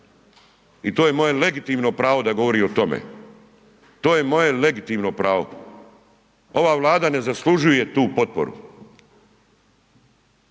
I to je moje legitimno pravo da govorim o tome, to je moje legitimno pravo. Ova Vlada ne zaslužuje tu potporu,